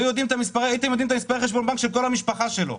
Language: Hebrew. הייתם יודעים את מספרי חשבון הבנק של כל המשפחה שלו